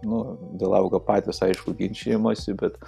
nu dėl auga patys aišku ginčijamės bet